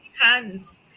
hands